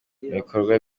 bikorwa